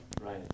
right